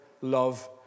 love